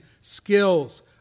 skills